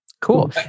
Cool